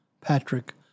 Patrick